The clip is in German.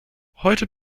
heute